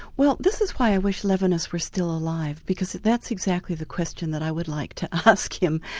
well, this is why i wish levinas were still alive, because that's exactly the question that i would like to ask him.